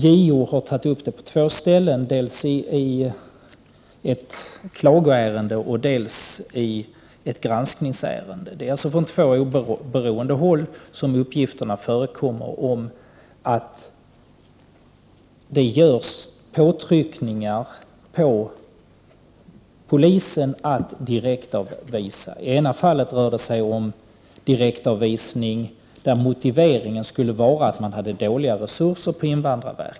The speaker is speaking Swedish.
JO har tagit upp det på två ställen, dels i ett klagoärende, dels i ett granskningsärende. Det är alltså på två av varandra oberoende håll som uppgifterna förekommer om att det görs påtryckningar på polisen att direktavvisa. I ena fallet rör det sig om direktavvisning där motiveringen skulle vara att invandrarverket har dåliga resurser.